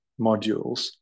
modules